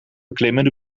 beklimmen